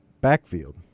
backfield